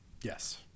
Yes